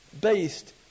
Based